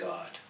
God